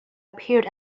appeared